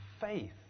faith